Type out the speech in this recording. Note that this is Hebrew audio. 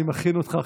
אני מכין אותך,